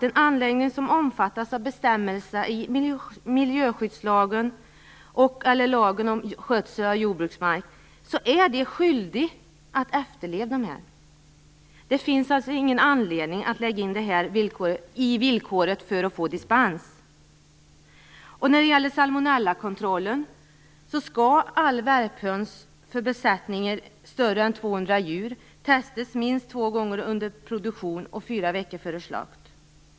En anläggning som omfattas av bestämmelserna i miljöskyddslagen och/eller lagen om skötsel av jordbruksmark är skyldig att efterleva dessa bestämmelser. Det finns alltså ingen anledning att hävda detta i villkoret för dispens. När det gäller salmonellakontrollen skall alla värphöns vid besättningar större än 200 djur testas minst två gånger under produktion och fyra veckor före slakt.